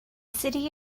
city